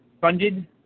funded